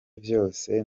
vyose